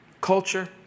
Culture